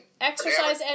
exercise